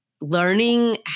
learning